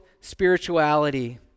spirituality